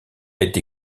été